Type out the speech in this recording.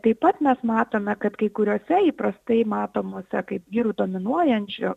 taip pat mes matome kad kai kuriose įprastai matomose kaip vyrų dominuojančių